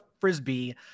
frisbee